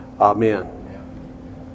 Amen